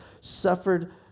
suffered